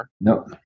No